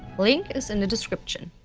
link is in the description.